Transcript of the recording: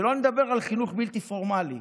שלא לדבר על חינוך בלתי פורמלי: